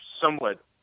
somewhat